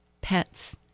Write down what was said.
pets